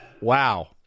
Wow